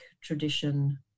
tradition